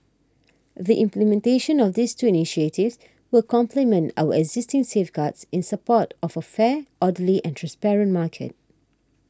the implementation of these two initiatives will complement our existing safeguards in support of a fair orderly and transparent market